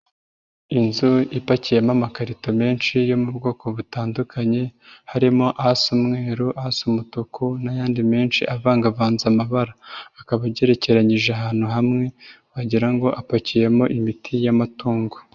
Inzu ipakiyemo amakarito menshi yo mu bwoko butandukanye, harimo asa umweru, asa umutuku n'ayandi menshi avangavanze amabara. Akaba agerekeranyije ahantu hamwe wagira ngo apakiyemo imiti y'amatungo.